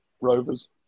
Rovers